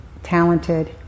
talented